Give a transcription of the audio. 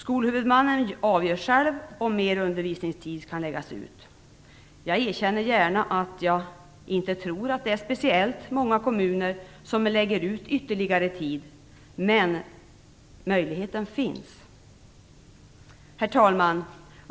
Skolhuvudmannen avgör själv om mer undervisningstid skall läggas ut. Jag erkänner gärna att jag inte tror att speciellt många kommuner lägger ut ytterligare tid, men möjligheten finns. Herr talman!